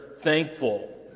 thankful